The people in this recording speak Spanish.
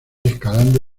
escalando